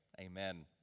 amen